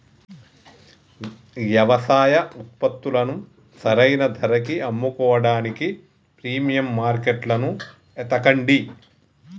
యవసాయ ఉత్పత్తులను సరైన ధరకి అమ్ముకోడానికి ప్రీమియం మార్కెట్లను ఎతకండి